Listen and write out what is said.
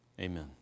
Amen